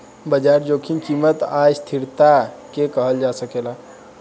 बाजार जोखिम कीमत आ अस्थिरता के कहल जा सकेला